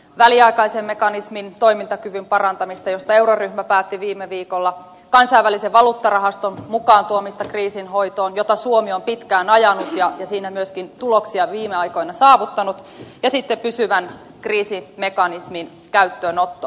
väliaikaisen mekanismin toimintakyvyn parantamista josta euroryhmä päätti viime viikolla kansainvälisen valuuttarahaston mukaan tuomista kriisin hoitoon mitä suomi on pitkään ajanut ja siinä myöskin tuloksia viime aikoina saavuttanut ja sitten pysyvän kriisimekanismin käyttöönottoa